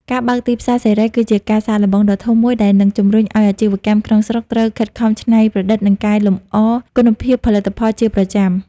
ការបើកទីផ្សារសេរី គឺជាការសាកល្បងដ៏ធំមួយដែលនឹងជំរុញឱ្យអាជីវកម្មក្នុងស្រុកត្រូវខិតខំច្នៃប្រឌិត និងកែលម្អគុណភាពផលិតផលជាប្រចាំ។